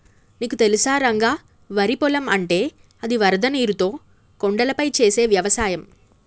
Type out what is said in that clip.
నీకు తెలుసా రంగ వరి పొలం అంటే అది వరద నీరుతో కొండలపై చేసే వ్యవసాయం